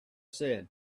said